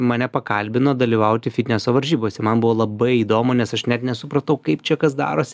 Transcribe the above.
mane pakalbino dalyvauti fitneso varžybose man buvo labai įdomu nes aš net nesupratau kaip čia kas darosi